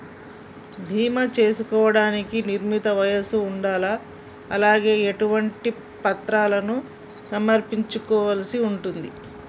బీమా చేసుకోవడానికి నిర్ణీత వయస్సు ఉండాలా? అలాగే ఎటువంటి పత్రాలను సమర్పించాల్సి ఉంటది?